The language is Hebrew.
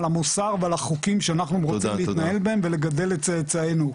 על המוסר ועל החוקים שאנחנו רוצים להתנהל בהם ולגדל את צאצאנו.